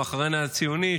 המחנה הציוני,